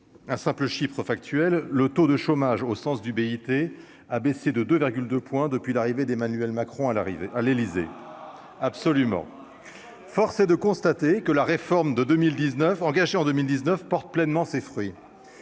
un simple Chypre factuel, le taux de chômage au sens du BIT a baissé de 2 2, depuis l'arrivée d'Emmanuel Macron, à l'arrivée à l'Élysée, absolument, force est de constater que la réforme de 2019, engagé en 2019 porte pleinement ses fruits,